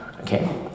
Okay